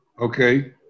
okay